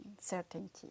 certainty